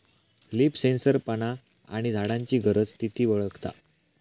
leaf sensor पाना आणि झाडांची गरज, स्थिती वळखता